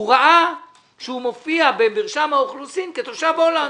הוא ראה שהוא מופיע במרשם האוכלוסין כתושב הולנד.